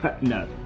No